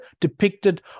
depicted